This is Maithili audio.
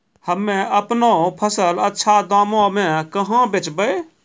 हम्मे आपनौ फसल अच्छा दामों मे कहाँ बेचबै?